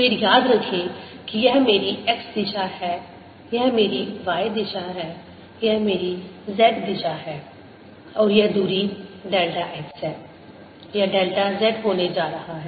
फिर याद रखें कि यह मेरी x दिशा है यह मेरी y दिशा है यह मेरी z दिशा है और यह दूरी डेल्टा x है यह डेल्टा z होने जा रहा है